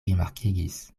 rimarkigis